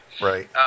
right